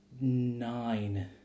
nine